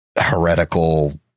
heretical